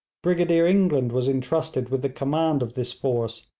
brigadier england was entrusted with the command of this force,